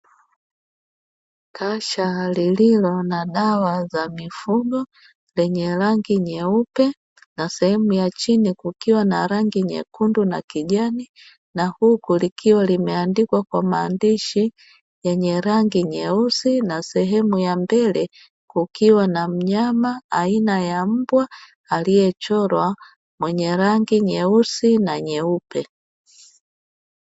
Kasha lililo na dawa za mifugo lenye rangi nyeupe na sehemu ya chini kukiwa na rangi nyekundu na kijani, na huku likiwa limeandikwa kwa maandishi yenye rangi nyeusi na sehemu ya mbele kukiwa na mnyama aina ya mbwa aliechorwa mwenye rangi nyeusi na nyeupe.